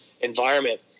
environment